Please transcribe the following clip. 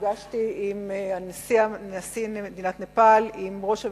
נפגשתי עם נשיא מדינת נפאל, עם ראש הממשלה,